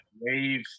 wave